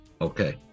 Okay